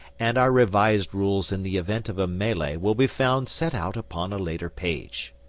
and our revised rules in the event of a melee will be found set out upon a later page.